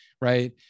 right